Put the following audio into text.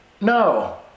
no